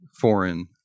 foreign